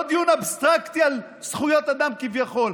לא דיון אבסטרקטי על זכויות אדם, כביכול.